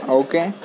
okay